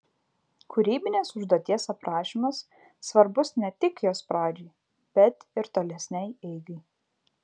kūrybinės užduoties aprašymas svarbus ne tik jos pradžiai bet ir tolesnei eigai